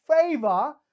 favor